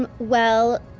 well,